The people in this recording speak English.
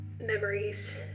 memories